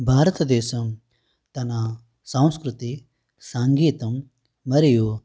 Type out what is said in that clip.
భారతదేశం తన సంస్కృతి సంగీతం మరియు